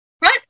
right